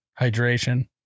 Hydration